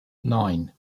nine